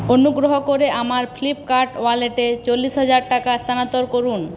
অনুগ্রহ করে আমার ফ্লিপকার্ট ওয়ালেটে চল্লিশ হাজার টাকা স্থানান্তর করুন